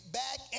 back